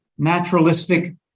naturalistic